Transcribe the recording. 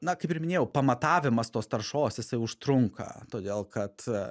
na kaip ir minėjau pamatavimas tos taršos jisai užtrunka todėl kad